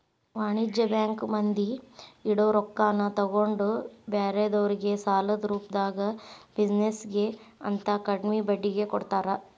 ವಾಣಿಜ್ಯ ಬ್ಯಾಂಕ್ ಮಂದಿ ಇಡೊ ರೊಕ್ಕಾನ ತಗೊಂಡ್ ಬ್ಯಾರೆದೊರ್ಗೆ ಸಾಲದ ರೂಪ್ದಾಗ ಬಿಜಿನೆಸ್ ಗೆ ಅಂತ ಕಡ್ಮಿ ಬಡ್ಡಿಗೆ ಕೊಡ್ತಾರ